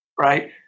right